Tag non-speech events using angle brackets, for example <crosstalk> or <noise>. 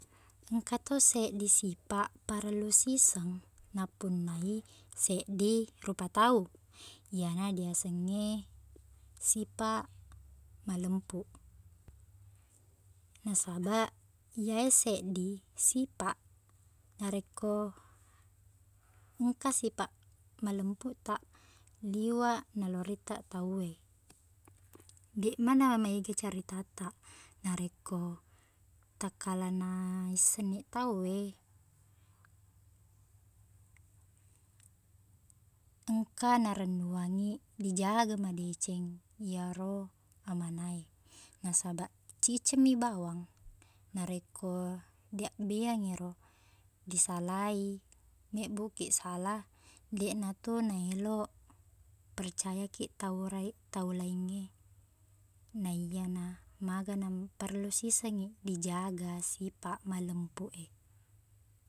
Engka to seddi sipaq parellu siseng napunnai seddi rupa tau iyana diaseng e sipaq malempuq nasabaq iya e seddi sipaq narekko engka sipaq malempuqtaq liweq naloriqtaq tau e deq mana maega caritattaq narekko takkala naissengngi tau e <hesitation> engka narennuangngi dijaga madeceng iyaro amana e nasabaq cicengmi bawang narekko diabbeangngiro disalai mebbuqkiq sala deqna tu naeloq percayakiq tau raiq- tau laing e naiyena magena parellu siseng i dijaga sipaq malempuq e